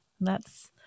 thats